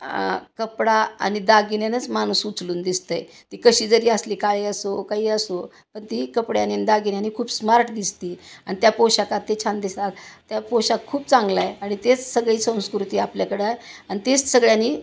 कपडा आणि दागिन्यानेच माणूस उचलून दिसतंय ती कशी जरी असली काही असो काही असो पण ती कपड्यांनी दागिन्यानी खूप स्मार्ट दिसते आणि त्या पोषाखात ते छान दिसतात त्या पोशाख खूप चांगलाय आणि तेच सगळी संस्कृती आपल्याकडं आहे आणि तेच सगळ्यांनी